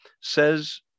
says